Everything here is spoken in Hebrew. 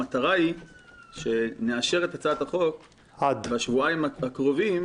המטרה היא שנאשר את הצעת החוק בשבועיים הקרובים,